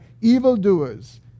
evildoers